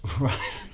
Right